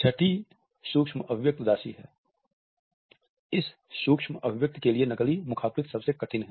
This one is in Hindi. छठी सूक्ष्म अभिव्यक्ति उदासी है इस सूक्ष्म अभिव्यक्ति के लिए नकली मुखाकृति सबसे कठिन है